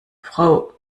frau